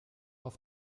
auf